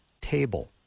table